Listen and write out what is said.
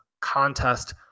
contest